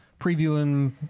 previewing